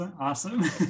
Awesome